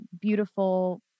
beautiful